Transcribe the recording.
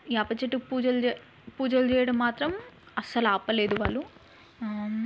వేప చెట్టు పూజలు చేయ పూజలు చేయడం మాత్రం అస్సలు ఆపలేదు వాళ్ళు